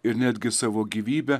ir netgi savo gyvybę